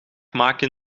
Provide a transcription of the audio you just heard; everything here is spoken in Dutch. maken